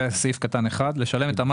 זה סעיף קטן (1),